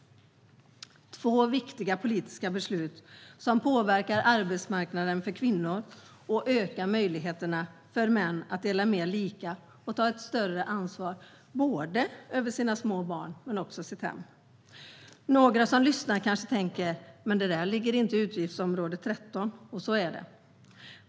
Detta är två viktiga politiska beslut som påverkar arbetsmarknaden för kvinnor och ökar möjligheterna för män att dela mer lika och ta ett större ansvar både för sina små barn och för sitt hem. Några som lyssnar kanske tänker att det här väl inte ligger inom utgiftsområdet 13. Så är det.